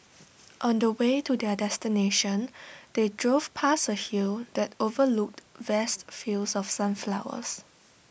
on the way to their destination they drove past A hill that overlooked vast fields of sunflowers